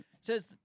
says